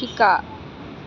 শিকা